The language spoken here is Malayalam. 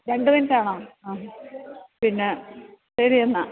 രണ്ട് മിനിറ്റ് ആണോ ആ പിന്നെ ശരി എന്നാൽ